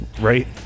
Right